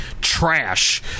trash